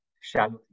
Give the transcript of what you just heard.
shallow